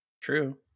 True